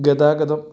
ഗതാഗതം